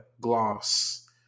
gloss